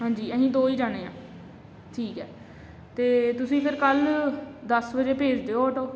ਹਾਂਜੀ ਅਸੀਂ ਦੋ ਹੀ ਜਾਣੇ ਆ ਠੀਕ ਹੈ ਅਤੇ ਤੁਸੀਂ ਫਿਰ ਕੱਲ੍ਹ ਦਸ ਵਜੇ ਭੇਜ ਦਿਓ ਔਟੋ